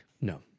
No